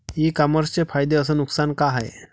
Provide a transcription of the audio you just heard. इ कामर्सचे फायदे अस नुकसान का हाये